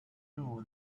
knew